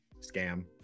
scam